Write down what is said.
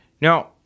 Now